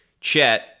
Chet